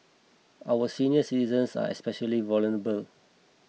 our senior citizens are especially vulnerable